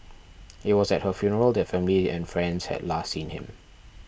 it was at her funeral that family and friends had last seen him